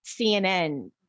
CNN